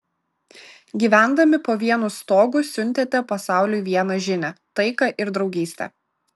gyvendami po vienu stogu siuntėte pasauliui vieną žinią taiką ir draugystę